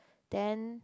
then